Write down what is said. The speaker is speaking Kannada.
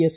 ಎಸ್